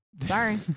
sorry